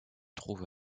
trouve